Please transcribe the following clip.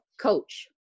Coach